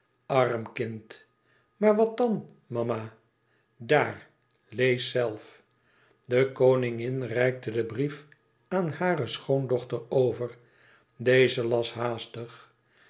e ids aargang aar wat dan mama daar lees zelf de koningin reikte den brief aan hare schoondochter over deze las haastig